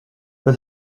but